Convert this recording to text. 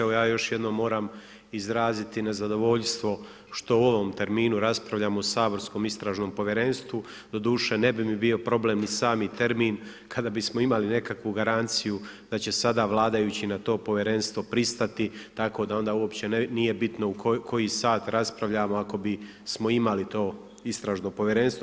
Evo ja još jednom moram izraziti nezadovoljstvo što u ovom terminu raspravljamo o Saborskom istražnom povjerenstvu, doduše ne bi mi bio problem ni sami termin kada bismo imali nekakvu garanciju da će sada Vladajući na to povjerenstvo pristati, tako da onda uopće nije bitno u koji sat raspravljamo ako bismo imali to istražno povjerenstvo.